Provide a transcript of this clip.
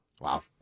Wow